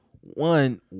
one